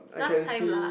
last time lah